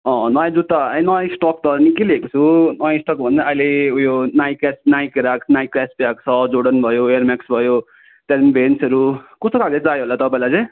अँ नयाँ जुत्ता ए नयाँ स्टक त निकै ल्याएँको छु नयाँ स्टोक भन्दा अहिले उयो नाइकास नाइकहरू नाइकास ट्याग छ जोर्डन भयो एयर मेक्स भयो त्यहाँदेखि भेन्सहरू कस्तो खालको चाहियो होला तपाईँलाई चाहिँ